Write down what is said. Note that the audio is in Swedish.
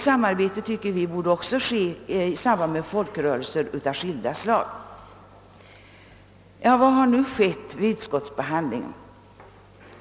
Samarbete bör enligt vår mening också ske med folkrörelser av skilda slag. Vad har nu skett vid utskottsbehandlingen?